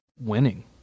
winning